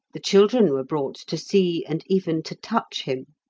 the children were brought to see and even to touch him.